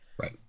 Right